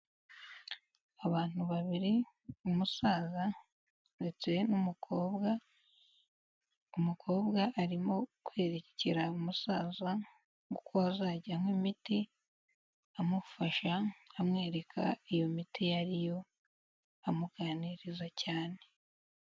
Abantu babiri umusaza ndetse n'umukobwa, umukobwa arimo kwerekera umusaza uko azajya anywa imiti amufasha amwereka iyo miti iyo ari yo amuganiriza cyane.